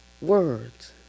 words